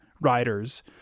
riders